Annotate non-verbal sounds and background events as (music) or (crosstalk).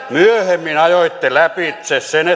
myöhemmin ajoitte lävitse sen (unintelligible)